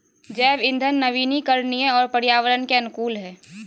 जैव इंधन नवीकरणीय और पर्यावरण के अनुकूल हइ